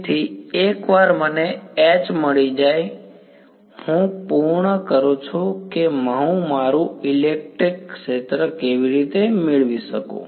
તેથી એકવાર મને H મળી જાય હું પૂર્ણ કરું છું કે હું મારું ઇલેક્ટ્રિક ક્ષેત્ર કેવી રીતે મેળવી શકું